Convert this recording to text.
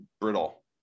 brittle